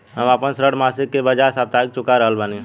हम आपन ऋण मासिक के बजाय साप्ताहिक चुका रहल बानी